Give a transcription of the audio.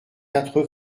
quatre